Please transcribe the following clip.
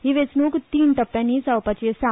ही वेंचणूक तीन टप्प्यांनी जावपाची आसा